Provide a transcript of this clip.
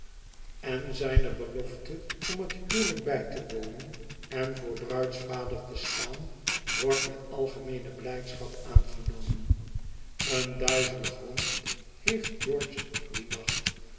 en zijne belofte om het huwelijk bij te wonen en voor bruidsvader te staan wordt met algemeene blijdschap aangenomen een duizelig hoofd heeft george dien nacht